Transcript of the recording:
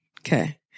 Okay